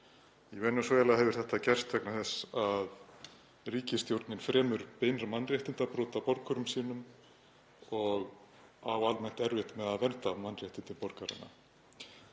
Í Venesúela hefur þetta gerst vegna þess að ríkisstjórnin fremur mannréttindabrot á borgurum sínum og á almennt erfitt með að vernda mannréttindi borgaranna.